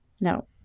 No